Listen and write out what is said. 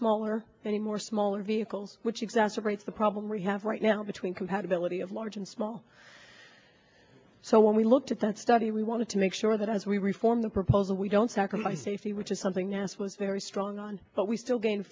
smaller and more smaller vehicles which exacerbates the problem we have right now between compatibility of large and small so when we looked at that study we want to make sure that as we reform the proposal we don't sacrifice safety which is something nasa was very strong on but we still gain